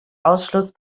ausschluss